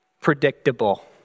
Predictable